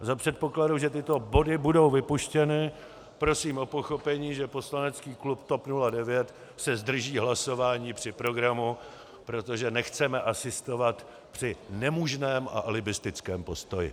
Za předpokladu, že tyto body budou vypuštěny, prosím o pochopení, že poslanecký klub TOP 09 se zdrží hlasování při programu, protože nechceme asistovat při nemožném a alibistickém postoji.